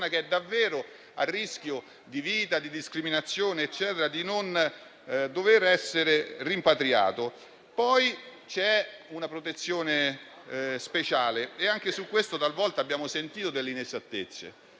che è davvero a rischio di vita e di discriminazione di non dover essere rimpatriata. C'è poi la protezione speciale, sulla quale pure talvolta abbiamo sentito delle inesattezze,